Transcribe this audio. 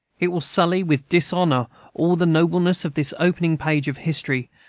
it will sully with dishonor all the nobleness of this opening page of history,